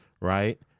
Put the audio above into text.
right